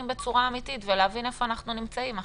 בצורה אמיתית ולהבין איפה אנחנו נמצאים.